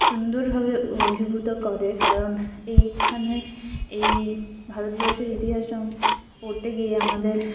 সুন্দরভাবে অ অভিভূত করে কারণ এইখানে এই ভারতবর্ষের ইতিহাস পড়তে গিয়ে আমাদের